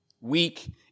Weak